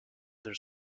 their